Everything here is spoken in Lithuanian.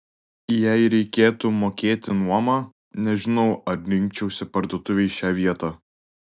jei reikėtų mokėti nuomą nežinau ar rinkčiausi parduotuvei šią vietą